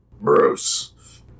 Bruce